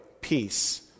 peace